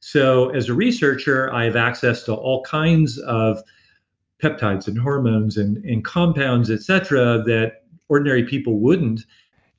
so, as a researcher, i've access to all kinds of peptides and hormones and compounds, etc. that ordinary people wouldn't